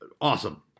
awesome